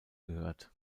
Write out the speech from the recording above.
gehört